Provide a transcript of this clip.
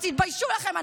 אז תתביישו לכן,